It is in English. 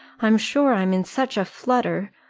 i'm sure i'm in such a flutter.